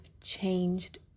changed